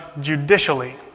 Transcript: judicially